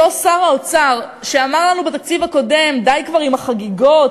אותו שר האוצר שאמר לנו בתקציב הקודם: די כבר עם החגיגות,